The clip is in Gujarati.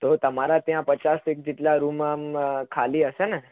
તો તમારે ત્યાં પચાસેક જેટલા રૂમ આમ ખાલી હશેને